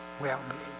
well-being